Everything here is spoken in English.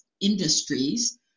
industries